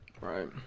Right